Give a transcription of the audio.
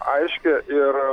aiškią ir